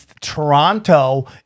Toronto